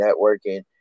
networking